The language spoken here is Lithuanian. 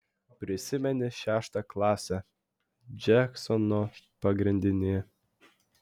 prisimeni šeštą klasę džeksono pagrindinėje